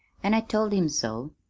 an' i told him so.